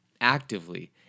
actively